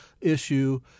issue